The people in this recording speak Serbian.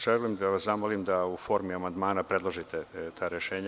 Želim da vas zamolim da u formi amandmana predložite ta rešenja.